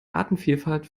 artenvielfalt